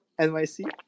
NYC